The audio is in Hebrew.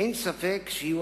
אין ספק שיהיו